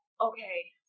Okay